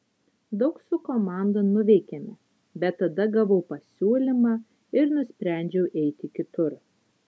daug su komanda nuveikėme bet tada gavau pasiūlymą ir nusprendžiau eiti kitur